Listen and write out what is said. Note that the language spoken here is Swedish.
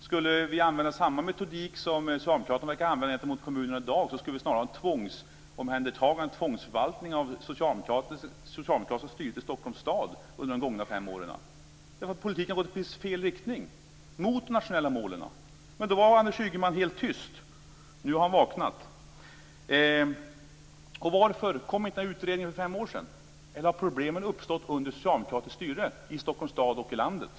Skulle vi använda samma metodik som socialdemokraterna verkar använda gentemot kommunerna i dag skulle vi snarare ha ett tvångsomhändertagande eller tvångsförvaltning av det socialdemokratiska styret i Stockholms stad. Politiken har gått i precis fel riktning - mot de nationella målen. Men då har Anders Ygeman varit helt tyst. Nu har han vaknat. Varför kom det inga utredningar för fem år sedan? Har problemen uppstått under socialdemokratiskt styre i Stockholms stad och i landet?